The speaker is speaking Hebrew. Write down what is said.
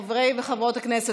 חברי וחברות הכנסת,